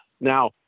Now